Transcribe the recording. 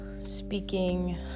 speaking